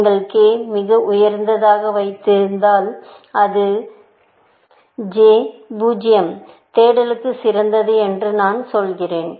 நீங்கள் k மிக உயர்ந்ததாக வைத்தால் அந்த j 0 தேடலுக்கு சிறந்தது என்று நான் சொல்கிறேன்